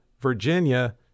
Virginia